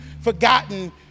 forgotten